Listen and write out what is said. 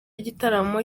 gitaramo